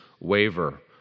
waver